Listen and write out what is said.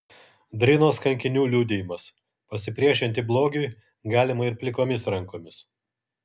drinos kankinių liudijimas pasipriešinti blogiui galima ir plikomis rankomis